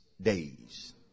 days